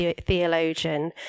theologian